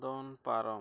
ᱫᱚᱱ ᱯᱟᱨᱚᱢ